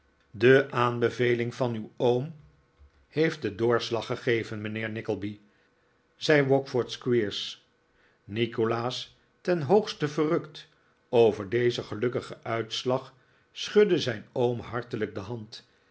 de aanbeveling van uw oom heeft den doorslag gegeven mijnheer nickleby zei wackford squeers nikolaas ten hoogste verrukt over dezen gelukkigen uitslag schudde zijn oom hartelijk de hand